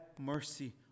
mercy